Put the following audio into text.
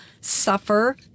suffer